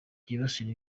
byibasira